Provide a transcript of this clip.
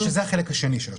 זה החלק השני של התשובה.